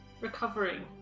Recovering